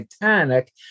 Titanic